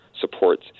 supports